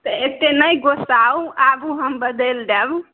तऽ एतेक नहि गोस्साउ आबु हम बदलि देब